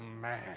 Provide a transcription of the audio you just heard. man